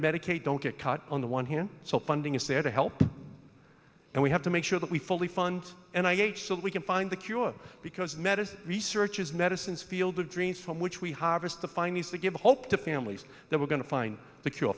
medicaid don't get cut on the one here so funding is there to help and we have to make sure that we fully fund and i age so that we can find the cure because medicine research is medicines field of dreams from which we harvest the findings to give hope to families that we're going to find the cure